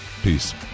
Peace